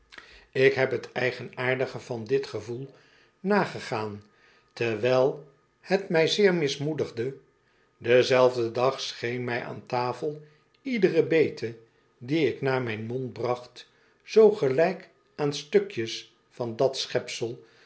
ik heb t eigenaardige van dit gevoel nagegaan terwijl t mij zeer mismoedigde denzelfden dag scheen mij aan tafel iedere bete die ik naar mijn mond bracht zoo geluk aan stukjes van dat